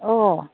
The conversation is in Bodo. अ